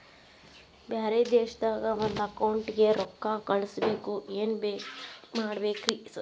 ಬ್ಯಾರೆ ದೇಶದಾಗ ಒಂದ್ ಅಕೌಂಟ್ ಗೆ ರೊಕ್ಕಾ ಕಳ್ಸ್ ಬೇಕು ಏನ್ ಮಾಡ್ಬೇಕ್ರಿ ಸರ್?